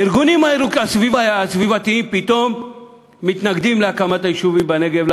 הארגונים הסביבתיים פתאום מתנגדים להקמת היישובים בנגב.